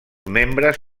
membres